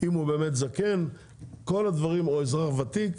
אם הוא באמת זקן או אזרח ותיק,